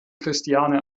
christiane